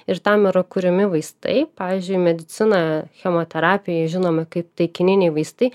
ir tam yra kuriami vaistai pavyzdžiui medicina chemoterapija žinomi kaip taikininiai vaistai